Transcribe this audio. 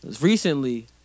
Recently